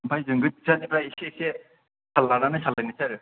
ओमफ्राय जों गोजाननिफ्राय एसे एसे थाल लानानै सालायनोसै आरो